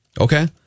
Okay